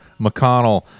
McConnell